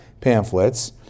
pamphlets